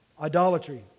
idolatry